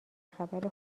خبر